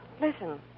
Listen